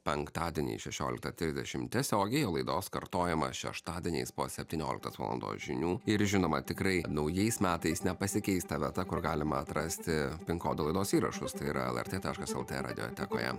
penktadieniais šešioliktą trisdešim tiesiogiai o laidos kartojimą šeštadieniais po septynioliktos valandos žinių ir žinoma tikrai naujais metais nepasikeis ta vieta kur galima atrasti pin kodo laidos įrašus tai yra lrt taškas lt radiotekoje